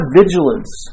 vigilance